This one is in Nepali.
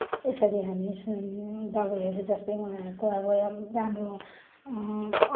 यसरी हामी दवाईहरू जस्तै उहाँहरूको अब राम्रो